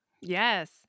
Yes